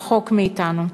רחוק מאתנו.